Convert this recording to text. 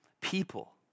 people